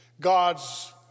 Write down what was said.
God's